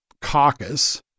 Caucus